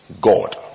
God